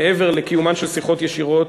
מעבר לקיומן של שיחות ישירות